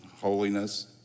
holiness